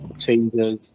changes